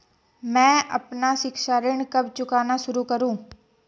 मैं अपना शिक्षा ऋण कब चुकाना शुरू करूँ?